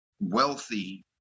wealthy